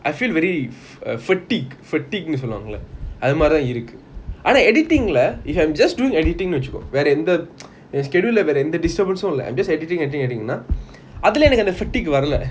I feel very fa~ err fatigue fatigue சொல்லுவாங்களா அது மாறி தான் இருக்கு:soluvangala athu maari thaan iruku editing lah if I'm just doing editing வெச்சிக்கோ வேற ஏகாந்த:vechiko vera yeantha ஏன்:yean schedule lah வேற ஏகாந்த:vera yeantha disturbance இல்லனா:illana like I'm just editing editing editing அதுல என்னக்கு அந்த:athula ennaku antha fatigue வரல:varala